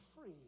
free